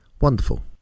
wonderful